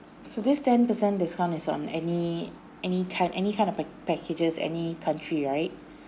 so this ten percent discount is on any any kind any kind of packages any country right